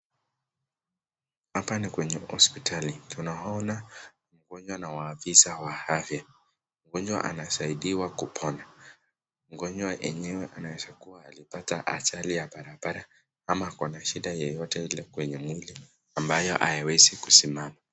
Hapa ni kwenye hospitali tunaona mgonjwa na waofisaa wa afya, mgonjwa anasaidiwa kupona mgonjwa enyewe anaeza kuwa alipata ajali barabarani, ama akona shida yoyote ile kwenye mwili ambayo hawezi kusimama.